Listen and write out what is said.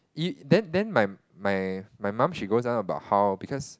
if then then then my my my mum she goes on about how because